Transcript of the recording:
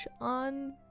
on